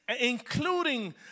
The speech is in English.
including